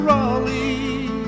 Raleigh